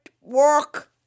walk